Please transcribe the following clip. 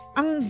ang